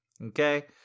Okay